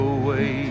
away